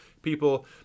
People